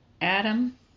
Adam